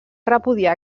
repudiar